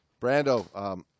Brando